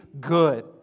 good